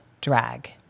drag